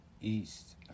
east